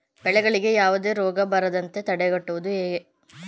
ಬೆಳೆಗಳಿಗೆ ಯಾವುದೇ ರೋಗ ಬರದಂತೆ ತಡೆಗಟ್ಟುವುದು ಹೇಗೆ?